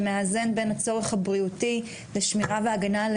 שמאזן בין הצורך הבריאותי לשמירה והגנה על